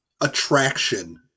attraction